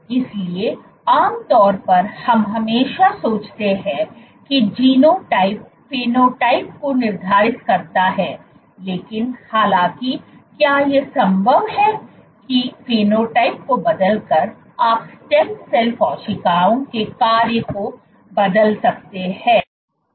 इसलिए आमतौर पर हम हमेशा सोचते हैं कि जीनोटाइप फेनोटाइप को निर्धारित करता है लेकिन हालाँकि क्या यह संभव है कि फेनोटाइप को बदलकर आप स्टेम कोशिकाओं के कार्य को बदल सकते हैं